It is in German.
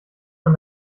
von